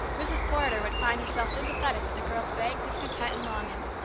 mrs. porter would find herself sympathetic with the girl's vague discontent and longings,